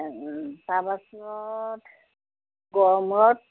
তাৰপাছত গড়মূৰত